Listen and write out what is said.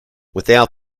without